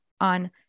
on